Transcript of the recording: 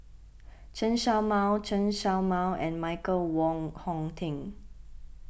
Chen Show Mao Chen Show Mao and Michael Wong Hong Teng